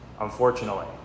unfortunately